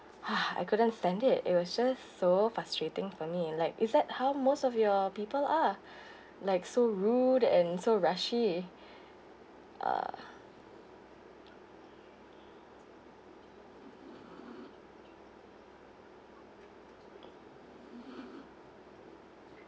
I couldn't stand it it was just so frustrating for me and like is that how most of your people are like so rude and so rushy uh